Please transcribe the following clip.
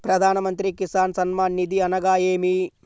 ప్రధాన మంత్రి కిసాన్ సన్మాన్ నిధి అనగా ఏమి?